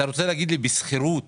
שכירות